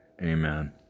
Amen